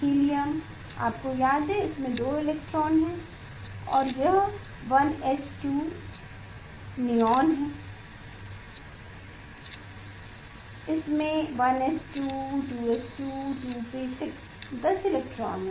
helium आपको याद है कि इसमें दो इलेक्ट्रॉन हैं और यह 1s 2 नियॉन है इसमें 1s2 2s 2 2p 6 10 इलेक्ट्रॉन हैं